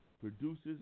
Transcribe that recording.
produces